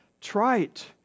trite